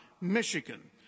Michigan